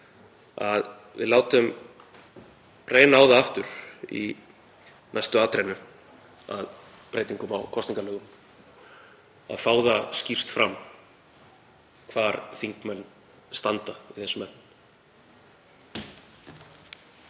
að við látum reyna á það aftur í næstu atrennu að breytingum á kosningalögum að fá það skýrt fram hvar þingmenn standa í þessum